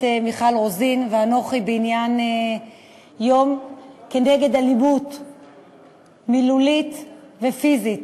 מיכל רוזין וביוזמתי לרגל יום כנגד אלימות מילולית ופיזית